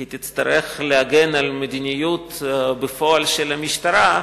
כי תצטרך להגן על המדיניות בפועל של המשטרה,